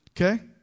Okay